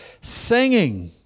singing